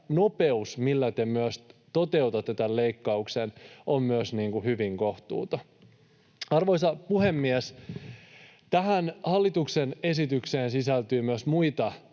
nopeus, millä te myös toteutatte tämän leikkauksen, on myös hyvin kohtuuton.” Arvoisa puhemies! Tähän hallituksen esitykseen sisältyy myös muita